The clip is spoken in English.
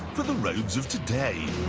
for the roads of today.